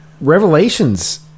Revelations